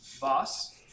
Boss